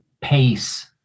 pace